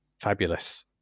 Fabulous